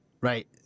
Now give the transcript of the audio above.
Right